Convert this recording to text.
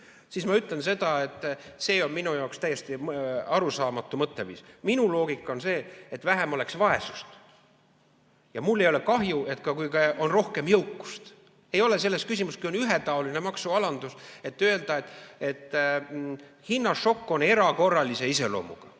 Pursui! Ma ütlen seda, et see on minu jaoks täiesti arusaamatu mõtteviis. Minu loogika on see, et oleks vähem vaesust. Mul ei ole kahju, kui on ka rohkem jõukust. Ei ole küsimust, kui on ühetaoline maksualandus, et siis öelda, et hinnašokk on erakorralise iseloomuga.